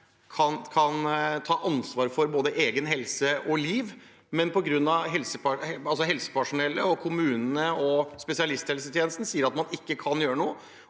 kan ta ansvar for verken egen helse eller eget liv, som opplever at helsepersonellet, kommunene og spesialisthelsetjenesten sier at man ikke kan gjøre noe,